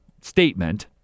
statement